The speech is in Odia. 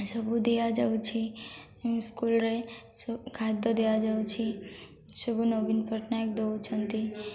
ସବୁ ଦିଆଯାଉଛି ସ୍କୁଲ୍ରେ ଖାଦ୍ୟ ଦିଆଯାଉଛି ସବୁ ନବୀନ ପଟ୍ଟନାୟକ ଦେଉଛନ୍ତି